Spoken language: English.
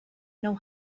know